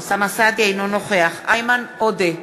אינו נוכח איימן עודה,